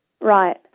Right